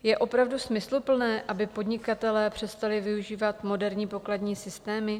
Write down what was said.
Je opravdu smysluplné, aby podnikatelé přestali využívat moderní pokladní systémy?